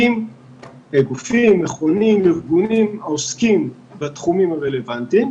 מכונים ארגונים העוסקים בתחומים הרלוונטיים,